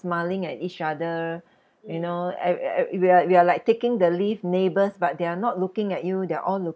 smiling at each other you know and and we are we are like taking the lift neighbours but they are not looking at you they are all looking